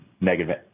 negative